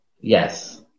Yes